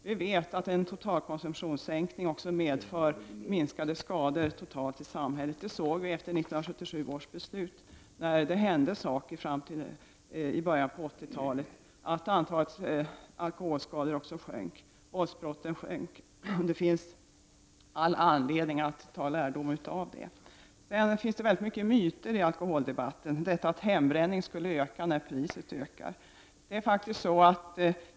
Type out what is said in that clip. Vi vet att en sänkning av totalkonsumtionen också medför minskade skador i samhället. Det såg vi efter 1977 års beslut. När det vidtogs åtgärder i början på 80-talet sjönk också antalet alkoholskador och antalet våldsbrott. Det finns all anledning att ta lärdom av detta. Det finns väldigt många myter i alkoholdebatten, bl.a. att hembränning skulle öka när priset ökar.